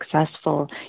successful